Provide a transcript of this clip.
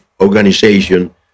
organization